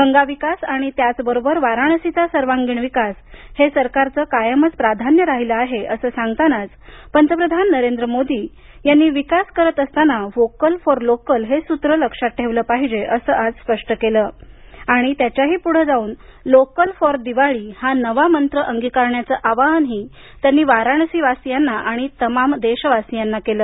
गंगा विकास आणि त्याचबरोबर वाराणसीचा सर्वांगीण विकास हे सरकारचं कायमच प्राधान्य राहिलं आहे असं सांगतानाच पंतप्रधान नरेंद्र मोदी यांनी विकास करत असताना व्होकल फॉर लोकल हे सूत्र लक्षात ठेवलं पाहिजे असं आज स्पष्ट केलं आणि त्याच्याही पुढे जाऊन लोकल फॉर दिवाळी हा नवा मंत्र अंगीकारण्याचं आवाहनही वाराणसी वासियांना आणि तमाम देशावासियाना केलं